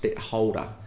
holder